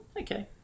okay